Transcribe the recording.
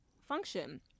function